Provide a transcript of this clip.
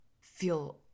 feel